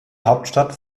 hauptstadt